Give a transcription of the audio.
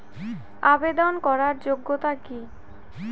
আবেদন করার যোগ্যতা কি?